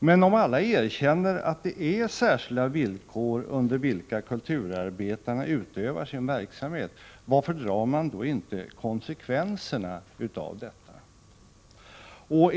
Men om alla erkänner att det är särskilda villkor under vilka kulturarbetarna utövar sin verksamhet, varför drar man då inte konsekvenserna av detta?